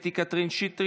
קטי קטרין שטרית,